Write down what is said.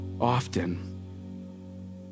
often